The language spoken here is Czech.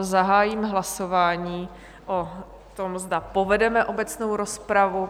Zahájím hlasování o tom, zda povedeme obecnou rozpravu.